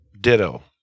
Ditto